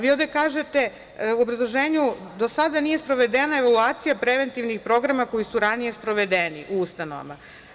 Vi ovde kažete u obrazloženju, do sada nije sprovedena evaluacija preventivnih programa koji su ranije sprovedeni u ustanovama.